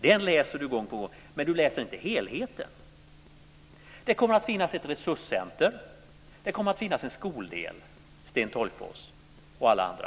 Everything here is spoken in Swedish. Det läser han gång på gång men han läser inte helheten. Det kommer att finnas ett resurscenter och det kommer att finnas en skoldel, Sten Tolgfors och alla andra!